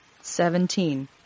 Seventeen